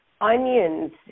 Onions